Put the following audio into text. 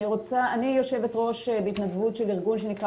אני יושבת-ראש בהתנדבות של ארגון שנקרא